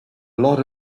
lot